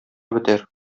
бетәр